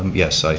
yes, so